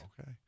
Okay